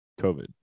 COVID